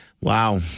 Wow